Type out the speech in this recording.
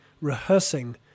rehearsing